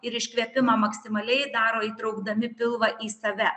ir iškvėpimą maksimaliai daro įtraukdami pilvą į save